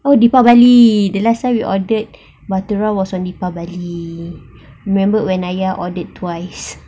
oh deepavali the last time we ordered bhatoora was deepavali remember when ayah ordered twice